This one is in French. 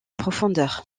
profondeur